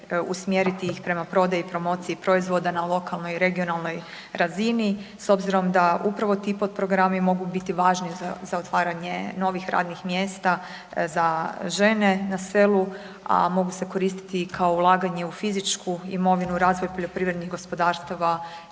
usmjeriti ih prema prodaju promocije proizvoda na lokalnoj i regionalnoj razini s obzirom da upravo ti potprogrami mogu biti važni za otvaranje novih radnih mjesta za žene na selu a mogu se koristiti i kao ulaganje u fizičku imovinu, razvoj poljoprivrednih gospodarstava